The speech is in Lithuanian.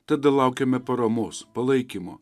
tada laukiame paramos palaikymo